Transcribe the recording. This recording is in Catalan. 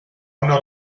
una